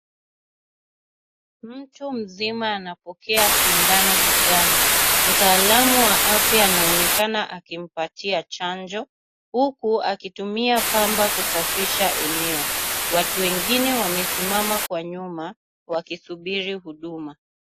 Mtu mzima anapokea sindano begani. Mtaalamu wa afya anaonekana akimpatia chanjo huku akitumia pamba kusafisha eneo. Watu wengine wamesimama kwa nyuma wakisubiri huduma.